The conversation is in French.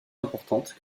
importante